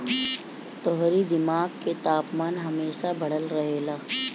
तोहरी दिमाग के तापमान हमेशा बढ़ल रहेला